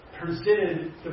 presented